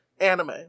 anime